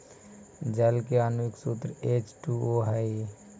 जल के आण्विक सूत्र एच टू ओ हई